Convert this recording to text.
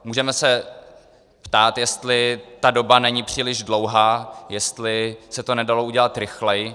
Můžeme se ptát, jestli ta doba není příliš dlouhá, jestli se to nedalo udělat rychleji.